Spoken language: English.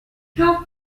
how